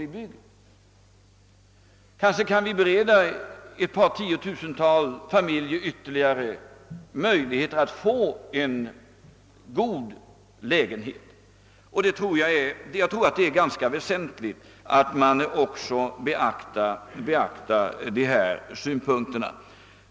Vi kanske då kan bereda ytterligare några tiotusental familjer möjligheter att få en god lägenhet, och jag anser det vara ganska väsentligt att också beakta de synpunkterna.